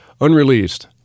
unreleased